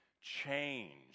change